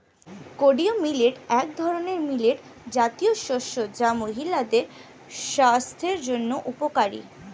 kodo millet এক ধরনের millet জাতীয় শস্য যা মহিলাদের স্বাস্থ্যের জন্য উপকারী